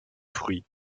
fruits